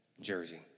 jersey